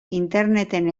interneten